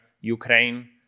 Ukraine